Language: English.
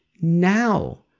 now